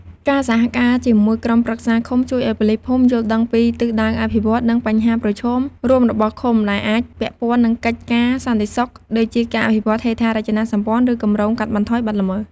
ការសហការជាមួយក្រុមប្រឹក្សាឃុំ ជួយឱ្យប៉ូលីសភូមិ យល់ដឹងពីទិសដៅអភិវឌ្ឍន៍ និង បញ្ហាប្រឈមរួមរបស់ឃុំ ដែលអាចពាក់ព័ន្ធនឹងកិច្ចការសន្តិសុខ ដូចជាការអភិវឌ្ឍហេដ្ឋារចនាសម្ព័ន្ធ ឬគម្រោងកាត់បន្ថយបទល្មើស។